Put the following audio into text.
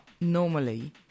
normally